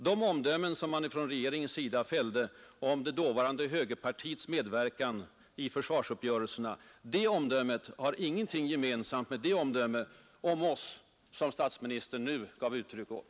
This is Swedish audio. De omdömen som man från regeringens sida fällde om det dåvarande högerpartiets medverkan i försvarsuppgörelserna har ingenting gemensamt med det omdöme om oss statsministern nyss fällde.